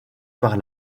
par